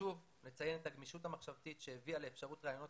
חשוב לציין את הגמישות המחשבתית שהביאה לאפשרות ראיונות